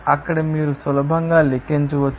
అక్కడ మీరు సులభంగా లెక్కించవచ్చు